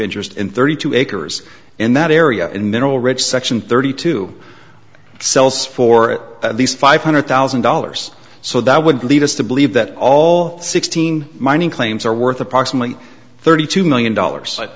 interest in thirty two acres in that area and mineral rich section thirty two sells for at least five hundred thousand dollars so that would lead us to believe that all sixteen mining claims are worth approximately thirty two million dollars but